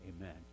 Amen